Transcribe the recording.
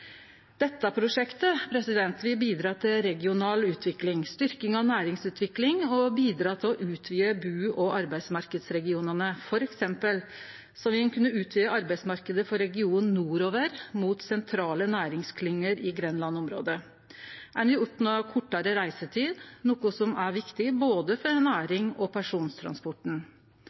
Dette prosjektet vil bidra til regional utvikling og styrking av næringsutvikling, og det vil bidra til å utvide bu- og arbeidsmarknadsregionane. For eksempel vil ein kunne utvide arbeidsmarknaden for regionen nordover mot sentrale næringsklynger i Grenland-området. Ein vil oppnå kortare reisetid, noko som er viktig for både nærings- og persontransporten.